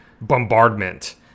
bombardment